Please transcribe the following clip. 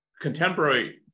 contemporary